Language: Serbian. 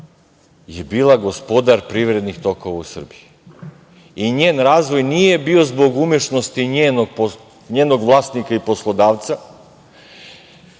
je bila gospodar privrednih tokova u Srbiji i njen razvoj nije bio zbog umešnosti njenog vlasnika i poslodavca